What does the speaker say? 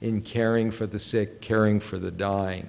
in caring for the sick caring for the d